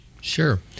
Sure